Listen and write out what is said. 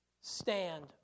Stand